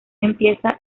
empieza